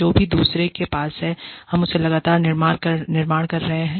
जो भी दूसरे के पास है हम उससे लगातार निर्माण कर रहे हैं